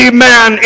Amen